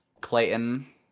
Clayton